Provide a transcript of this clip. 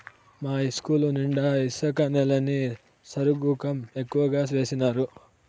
మా ఇస్కూలు నిండా ఇసుక నేలని సరుగుకం ఎక్కువగా వేసినారు